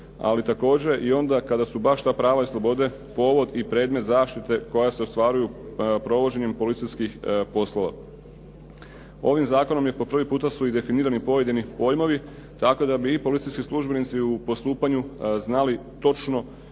Ali također i onda kada su baš ta prava i slobode povod i predmet zaštite koja se ostvaruju provođenjem policijskih poslova. Ovim zakonom je po prvi puta su i definirani pojedini pojmovi, tako da bi i policijski službenici u postupanju znali točno